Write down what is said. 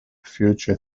future